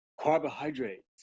carbohydrates